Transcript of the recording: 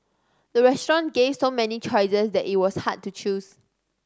the restaurant gave so many choices that it was hard to choose